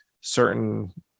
certain